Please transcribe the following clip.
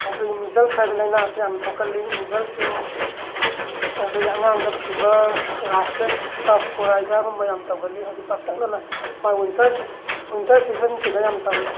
ꯑꯩꯈꯣꯏꯒꯤ ꯃꯤꯖꯜꯁ ꯍꯥꯏꯕ ꯂꯥꯏꯅꯥꯁꯤ ꯌꯥꯝ ꯊꯣꯛꯀꯜꯂꯤ ꯃꯤꯖꯜꯁꯁꯤ ꯑꯩꯈꯣꯏꯒꯤ ꯑꯉꯥꯡꯗ ꯐꯤꯕꯔ ꯔꯥꯁꯦꯁ ꯀꯞ ꯀꯣꯔꯥꯏꯖꯥꯒꯨꯝꯕ ꯌꯥꯝꯅ ꯇꯧꯒꯜꯂꯤ ꯍꯧꯖꯤꯛ ꯄꯥꯛꯇꯛꯅꯅ ꯃꯥ ꯋꯤꯟꯇꯔ ꯋꯤꯟꯇꯔ ꯁꯤꯖꯟꯁꯤ ꯌꯥꯝꯅ ꯇꯧꯋꯤ